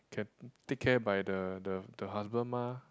can take care by the the the husband mah